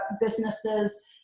businesses